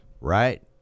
Right